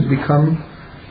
become